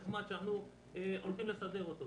נחמד שאנחנו הולכים לסדר אותו.